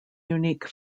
unique